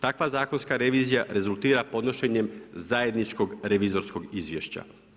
Takva zakonska revizija rezultira podnošenjem zajedničkog revizorskog izvješća.